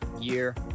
year